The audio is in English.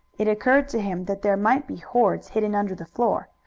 it occurred to him that there might be hoards hidden under the floor,